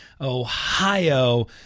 Ohio